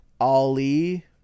Ali